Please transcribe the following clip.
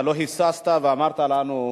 אתה לא היססת ואמרת לנו: